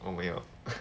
oh well